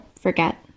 forget